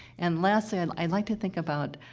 and lastly, i'd i'd like to think about,